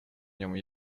нем